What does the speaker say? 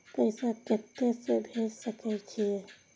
पैसा कते से भेज सके छिए?